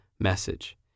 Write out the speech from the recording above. message